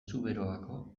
zuberoako